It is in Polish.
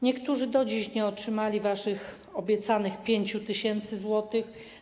Niektórzy do dziś nie otrzymali waszych obiecanych 5 tys. zł.